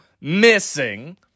missing